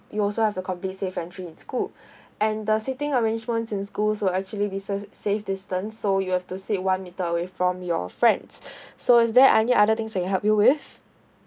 you also have the complete safe entry in school and the seating arrangement in schools will actually be safe safe distance so you've to sit one metre away from your friends so is there any other things I can help you with